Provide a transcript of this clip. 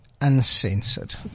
uncensored